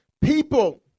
people